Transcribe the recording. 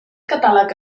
catàleg